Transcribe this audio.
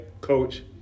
coach